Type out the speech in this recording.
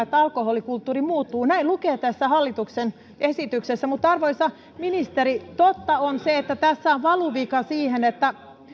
että vapauttamalla alkoholikulttuuri muuttuu näin lukee tässä hallituksen esityksessä mutta arvoisa ministeri totta on se että tässä on valuvika